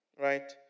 Right